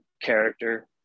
character